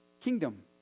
kingdom